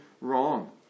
wrong